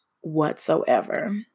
whatsoever